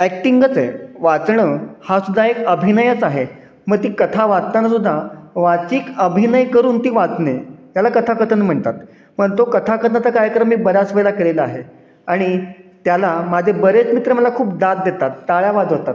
ॲक्टिंगच आहे वाचणं हा सुद्धा एक अभिनयच आहे मग ती कथा वाचतानासुद्धा वाचीक अभिनय करून ती वाचणे त्याला कथाकथन म्हणतात पण तो कथाकथनाचा कार्यक्रम मी बऱ्याच वेळेला केलेला आहे आणि त्याला माझे बरेच मित्र मला खूप दाद देतात टाळ्या वाजवतात